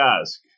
ask